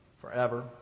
forever